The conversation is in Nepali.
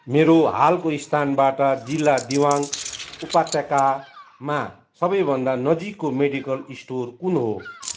मेरो हालको स्थानबाट जिल्ला दिवाङ उपत्यकामा सबैभन्दा नजिकको मेडिकल स्टोर कुन हो